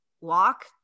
walk